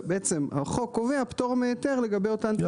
החוק קובע פטור מהיתר לגבי אותן תשתיות.